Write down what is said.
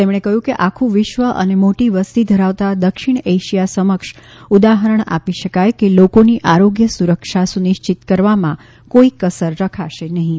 તેમણે કહ્યું કે આખું વિશ્વ અને મોટી વસ્તી ધરાવતા દક્ષિણ એશિયા સમક્ષ ઉદાહરણ આપી શકાય કે લોકોની આરોગ્ય સુરક્ષા સુનિશ્ચિત કરવામાં કોઈ કસર રખાશે નહીં